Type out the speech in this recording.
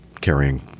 carrying